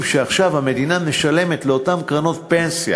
שעכשיו המדינה משלמת לאותן קרנות פנסיה